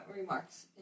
remarks